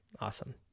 Awesome